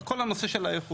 על כל הנושא של האיכות.